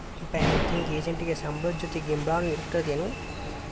Banking ಎಜೆಂಟಿಗೆ ಸಂಬ್ಳದ್ ಜೊತಿ ಗಿಂಬ್ಳಾನು ಇರ್ತದೇನ್?